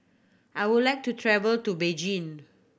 I would like to travel to Beijing